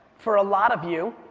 for a lot of you,